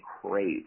crave